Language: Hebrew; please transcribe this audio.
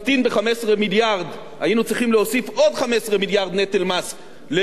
היינו צריכים להוסיף עוד 15 מיליארד נטל מס ללא העלייה ל-3%,